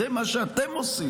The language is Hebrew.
זה מה שאתם עושים.